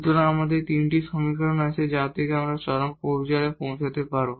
সুতরাং আমাদের এই তিনটি সমীকরণ আছে যা সেখানে চরম পর্যায়ে পৌঁছাতে হবে